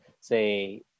say